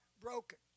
broken